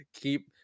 Keep